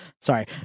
Sorry